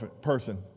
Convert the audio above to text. person